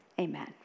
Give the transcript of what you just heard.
Amen